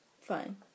Fine